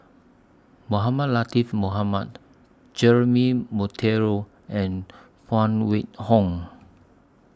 Mohamed Latiff Mohamed Jeremy Monteiro and Phan Wait Hong